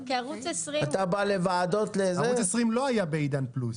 כערוץ 20 --- ערוץ 20 לא היה בעידן פלוס.